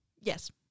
Yes